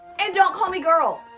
and don't call me girl.